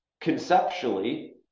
conceptually